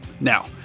Now